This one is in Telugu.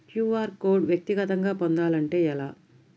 క్యూ.అర్ కోడ్ వ్యక్తిగతంగా పొందాలంటే ఎలా?